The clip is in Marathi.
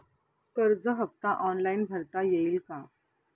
कर्ज हफ्ता ऑनलाईन भरता येईल का?